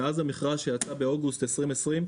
מאז המכרז שיצא באוגוסט 2020,